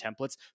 templates